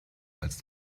als